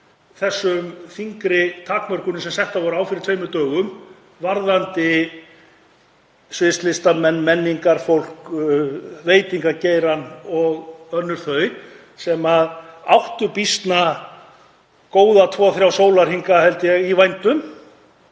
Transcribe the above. þessum þyngri takmörkunum sem settar voru á fyrir tveimur dögum varðandi sviðslistamenn, menningarfólk, veitingageirann og önnur þau sem áttu býsna góða, tvo, þrjá sólarhringa, held ég, í vændum.